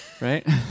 right